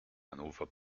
hannover